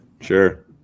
Sure